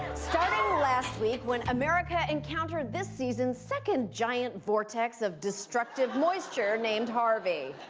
and starting last week when america encountered this season's second giant vortex of destructive moisture named harvey.